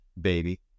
baby